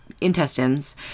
intestines